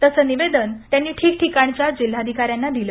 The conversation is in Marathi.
तसं निवेदन त्यांनी ठिकठिकाणच्या जिल्हाधिकाऱ्यांना दिलं